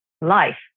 life